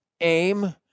aim